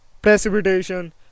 precipitation